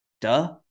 Duh